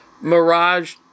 Mirage